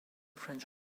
french